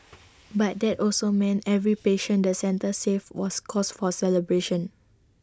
but that also meant every patient the centre saved was cause for celebration